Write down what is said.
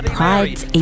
Pride's